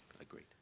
Agreed